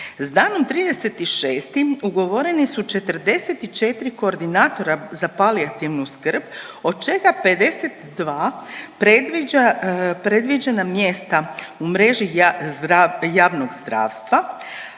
S danom 30.6. ugovoreni su 44 koordinatora za palijativnu skrb od čega 52 predviđa, predviđena mjesta u mreži javnog zdravstva